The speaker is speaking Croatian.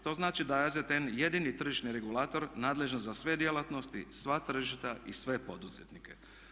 To znači da je AZTN jedini tržišni regulator nadležan za sve djelatnosti, sva tržišta i sve poduzetnike.